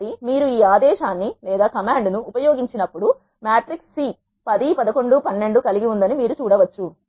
కాబట్టి మీరు ఈ ఆదేశాన్ని ఉపయోగించినప్పుడు మా ట్రిక్స్ C 10 11 12 కలిగి ఉందని మీరు చూడవచ్చు